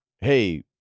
hey